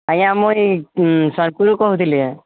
ଆଜ୍ଞା ଆମରି ସୋନପୁରରୁ କହୁଥିଲି